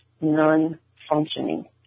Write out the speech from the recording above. non-functioning